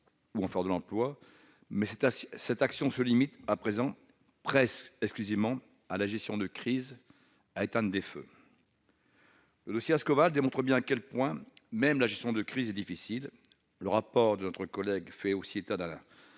ou de l'emploi. Mais cette action se limite à présent presque exclusivement à la gestion de crise, pour éteindre des feux. Le dossier Ascoval montre bien à quel point même la gestion de crise est difficile. Le rapport de notre collègue fait ainsi état d'un